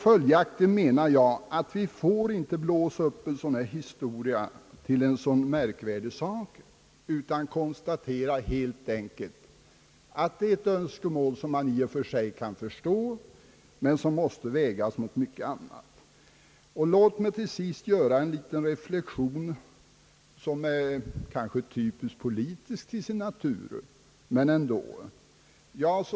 Följaktligen menar jag att vi inte får blåsa upp den här frågan till en så märkvärdig sak. Vi måste helt enkelt konstatera att här föreligger ett önskemål, som man i och för sig kan förstå men som måste vägas mot mycket annat. Låt mig till sist göra en liten reflexion, som är politisk till sin natur men som kanske ändå borde beaktas.